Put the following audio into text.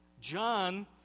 John